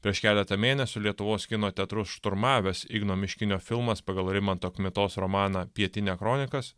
prieš keletą mėnesių lietuvos kino teatrus šturmavęs igno miškinio filmas pagal rimanto kmitos romaną pietinia kronikas